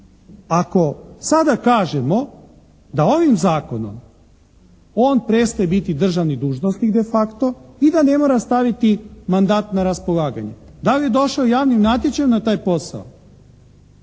ako sada kažemo da ovim zakonom on prestaje biti državni dužnosnik de facto, i da ne mora staviti mandat na raspolaganje. Da li je došao javnim natječajem na taj posao?